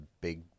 big